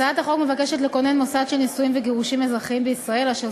הצעת החוק מבקשת לכונן מוסד של נישואים וגירושים אזרחיים בישראל אשר